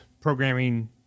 programming